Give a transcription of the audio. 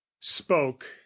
spoke